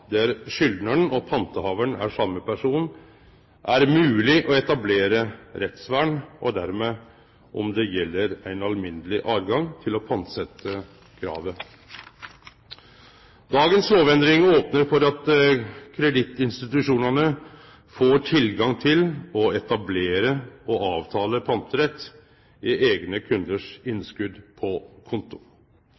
der skyldnaren og panthavaren er same person, er mogleg å etablere rettsvern og dermed om det gjeld ein alminneleg tilgang til å pantsetje kravet. Dagens lovendring opnar for at kredittinstitusjonane får tilgang til å etablere og avtale panterett i eigne